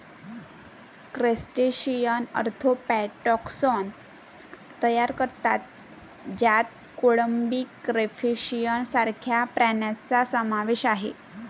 crustaceans arthropod taxon तयार करतात ज्यात कोळंबी, क्रेफिश सारख्या प्राण्यांचा समावेश आहे